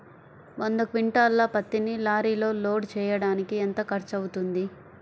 వంద క్వింటాళ్ల పత్తిని లారీలో లోడ్ చేయడానికి ఎంత ఖర్చవుతుంది?